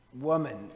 woman